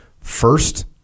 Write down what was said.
first